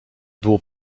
było